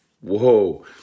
Whoa